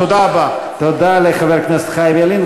תודה לחבר הכנסת חיים ילין.